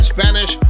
Spanish